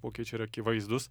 pokyčiai yra akivaizdūs